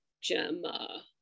Gemma